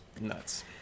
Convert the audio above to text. nuts